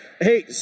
Hey